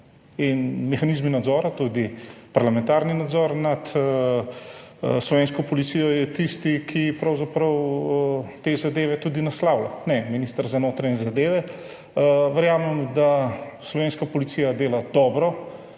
in mehanizmi nadzora, tudi parlamentarni nadzor nad slovensko policijo je tisti, ki pravzaprav te zadeve tudi naslavlja, ne minister za notranje zadeve. Verjamem, da slovenska policija dela dobro,